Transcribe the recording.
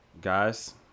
Guys